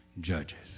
judges